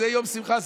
אז זה יום שמחה,